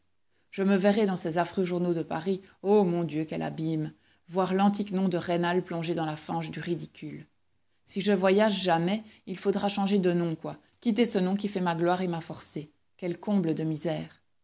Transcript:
je me verrai dans ces affreux journaux de paris ô mon dieu quel abîme voir l'antique nom de rênal plongé dans la fange du ridicule si je voyage jamais il faudra changer de nom quoi quitter ce nom qui fait ma gloire et ma forcé quel comble de misère